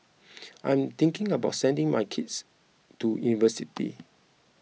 I am thinking about sending my kids to university